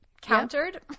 countered